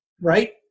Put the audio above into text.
right